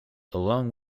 along